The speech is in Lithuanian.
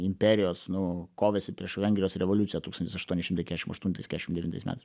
imperijos nu kovėsi prieš vengrijos revoliuciją tūkstantis aštuoni šimtai kešim aštuntais kešim devintais metais